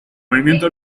movimiento